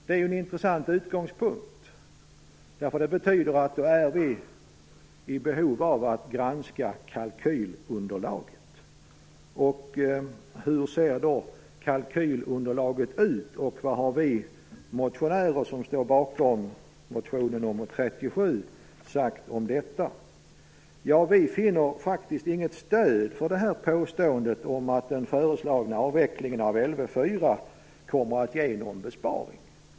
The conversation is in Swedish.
Det är en intressant utgångspunkt. Den betyder nämligen att det finns behov av att granska kalkylunderlaget. Hur ser då kalkylunderlaget ut, och vad har vi motionärer som står bakom motion nr 37 sagt om detta? Ja, vi finner faktiskt inget stöd för påståendet om att den föreslagna avvecklingen av Lv 4 kommer att ge någon besparing.